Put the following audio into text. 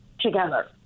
together